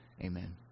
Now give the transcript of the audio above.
Amen